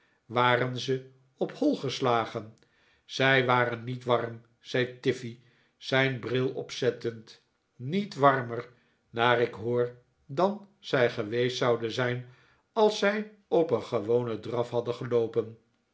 waren zij op hoi geslagen zij waren niet warm zei tiffey zijn bril opzettend niet warmer naar ik hooi dan zij geweest zouden zijn als zij op een gewonen draf hadden geloopen